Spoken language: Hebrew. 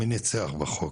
מי ניצח בחוק,